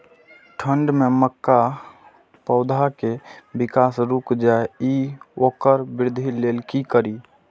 ठंढ में मक्का पौधा के विकास रूक जाय इ वोकर वृद्धि लेल कि करी?